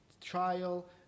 Trial